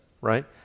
right